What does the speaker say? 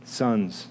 sons